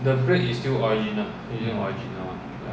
the bread is still arena